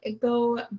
go